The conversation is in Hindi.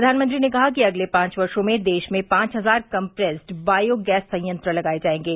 प्रधानमंत्री ने कहा कि अगले पांच वर्षो में देश में पांच हजार कम्प्रेस्ड बायो गैस संयंत्र लगाये जाएंगे